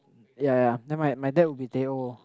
ya yeah then my my dad will be teh o